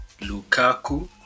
Lukaku